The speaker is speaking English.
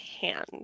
hand